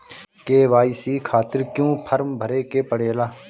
KYC खातिर क्यूं form भरे के पड़ेला?